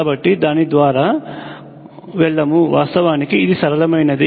కాబట్టి దాని దాని ద్వారా వెళ్లము వాస్తవానికి ఇది సరళమైనది